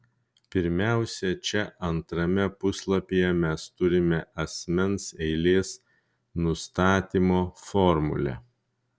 pirmiausia čia antrame puslapyje mes turime asmens eilės nustatymo formulę